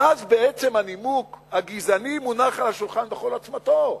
ואז בעצם הנימוק הגזעני מונח על השולחן בכל עוצמתו.